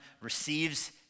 receives